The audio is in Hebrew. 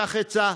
קח עצה: